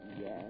Yes